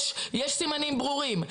יש סימנים ברורים,